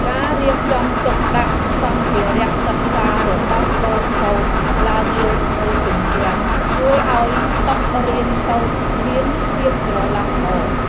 ការរៀបចំទុកដាក់សម្ភារៈសិក្សារបស់កូនៗឡើងលើធ្នើរជញ្ជាំងជួយឱ្យតុរៀនសូត្រមានភាពស្រឡះល្អ។